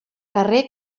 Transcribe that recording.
carrer